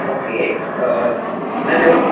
okay ma'am એવું